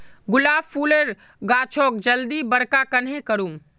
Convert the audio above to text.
गुलाब फूलेर गाछोक जल्दी बड़का कन्हे करूम?